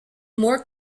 more